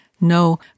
No